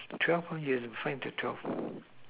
twelve point you have to find the twelve